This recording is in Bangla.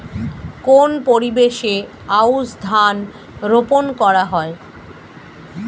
কোন পরিবেশে আউশ ধান রোপন করা হয়?